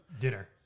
dinner